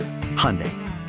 hyundai